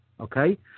Okay